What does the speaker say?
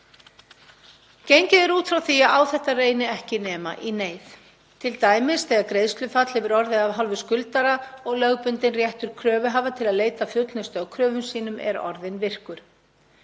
Gengið er út frá því að á þetta reyni ekki nema í neyð, t.d. þegar greiðslufall hefur orðið af hálfu skuldara og lögbundinn réttur kröfuhafa til að leita fullnustu á kröfum sínum er orðinn virkur.